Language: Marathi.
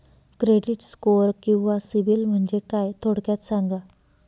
क्रेडिट स्कोअर किंवा सिबिल म्हणजे काय? थोडक्यात सांगा